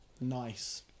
Nice